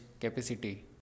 capacity